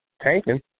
tanking